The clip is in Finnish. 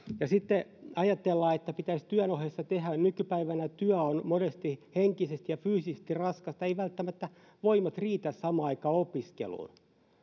ajatellaan että pitäisi työn ohessa tehdä nykypäivänä työ on monesti henkisesti ja fyysisesti raskasta ei välttämättä voimat riitä samaan aikaan opiskeluun